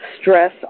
stress